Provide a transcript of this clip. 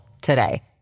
today